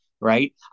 right